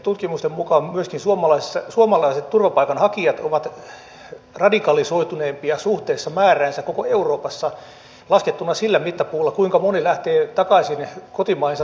tutkimusten mukaan myöskin suomalaiset turvapaikanhakijat ovat radikalisoituneimpia suhteessa määräänsä koko euroopassa laskettuna sillä mittapuulla kuinka monet lähtevät takaisin kotimaihinsa taistelemaan